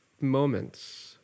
moments